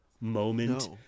moment